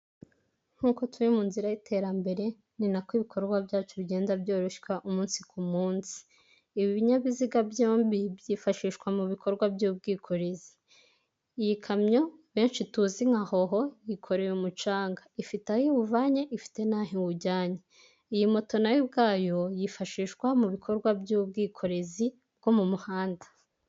Nkuko turi mu nzira y'iterambere ni nako ibikorwa byacu bigenda byoroshywa umunsi ku munsi, ibi bininyabiziga byombi byifashishwa mu bikorwa by'ubwikorezi. Iyi kamyo benshi tuzi nka hoho yikoreye umucanga ifite aho iwuvanye ifite n'aho iwujyanye, iyi moto nayo ubwayo yifashishwa mu bikorwa by'ubwikorezi bwo m'umuhanda.